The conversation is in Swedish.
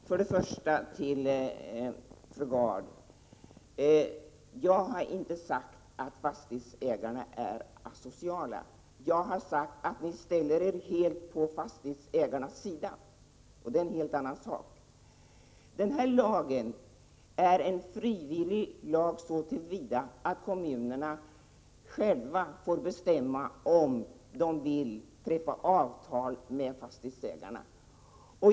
Herr talman! Först och främst vill jag säga till fru Gard att jag inte har sagt att fastighetsägarna är asociala. Jag har sagt att de borgerliga ställer sig helt på fastighetsägarnas sida, och det är en helt annan sak. Denna lag är en frivillig lag, så till vida att kommunerna själva får bestämma om de vill träffa avtal med fastighetsägarna.